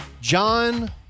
John